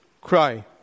Cry